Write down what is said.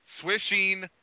swishing